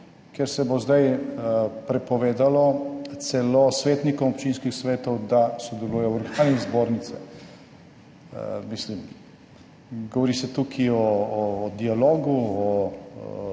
kjer se bo zdaj prepovedalo celo svetnikom občinskih svetov, da sodelujejo organi zbornice. Mislim, govori se tukaj o dialogu,